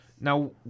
Now